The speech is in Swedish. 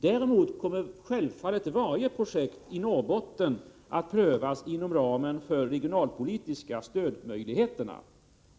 Däremot kommer självfallet varje projekt i Norrbotten att prövas inom ramen för de regionalpolitiska stödmöjligheterna.